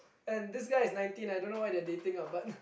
and this guy is nineteen I don't know why they are dating lah but